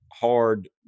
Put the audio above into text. hard